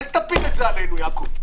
אל תפיל את זה עלינו, יעקב.